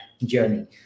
journey